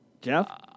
Jeff